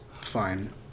fine